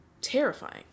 terrifying